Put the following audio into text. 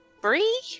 Bree